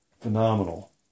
phenomenal